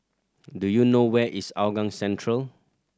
do you know where is Hougang Central